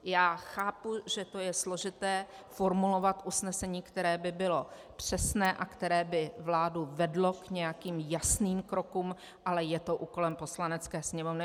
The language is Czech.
Já chápu, že je složité formulovat usnesení, které by bylo přesné a které by vládu vedlo k nějakým jasným krokům, ale je to úkolem Poslanecké sněmovny.